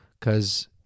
cause